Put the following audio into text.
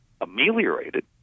ameliorated